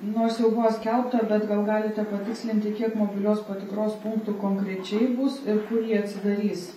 nors jau buvo skelbta bet gal galite patikslinti kiek mobilios patikros punktų konkrečiai bus ir kur jie atsidarys